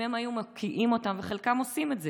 אם הם היו מקיאים אותם מקרבם וחלקם עושים את זה,